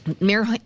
mayor